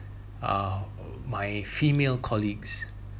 uh my female colleagues